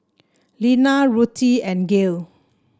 Lenna Ruthie and Gael